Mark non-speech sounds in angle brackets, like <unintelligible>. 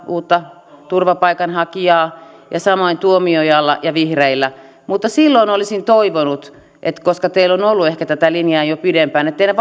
uutta turvapaikanhakijaa ja samoin tuomiojalla ja vihreillä mutta silloin olisin toivonut koska teillä on ehkä ollut tätä linjaa jo pidempään että teidän <unintelligible>